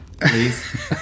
Please